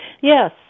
Yes